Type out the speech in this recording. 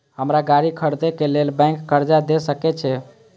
हमरा गाड़ी खरदे के लेल बैंक कर्जा देय सके छे?